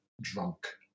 drunk